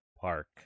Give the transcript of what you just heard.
Park